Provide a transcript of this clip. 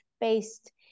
based